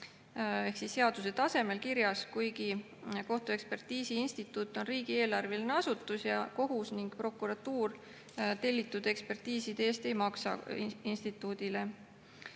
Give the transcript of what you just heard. hinnad seaduse tasemel kirjas, kuigi kohtuekspertiisi instituut on riigieelarveline asutus ja kohus ning prokuratuur tellitud ekspertiiside eest ei maksa instituudile.